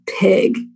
pig